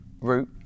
route